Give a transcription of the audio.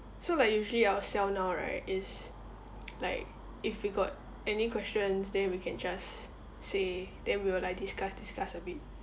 so like usually our cell now right is like if you got any questions then we can just say then we will like discuss discuss a bit